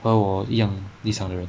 和我一样理想的人